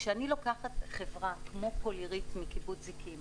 כשאני לוקחת חברה כמו "פולירית" מקיבוץ זיקים